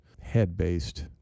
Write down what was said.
head-based